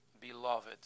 beloved